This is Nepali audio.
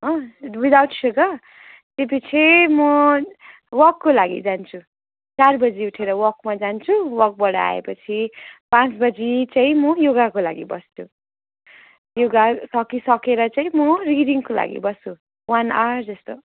हो विदआउट सुगर त्योपिछे म वाकको लागि जान्छु चार बजे उठेर वाकमा जान्छु वाकबाट आएपछि पाँच बजे चाहिँ योगाको लागि बस्छु योगा सकिसकेर चाहिँ म रिडिङको लागि बस्छु वान आअर जस्तो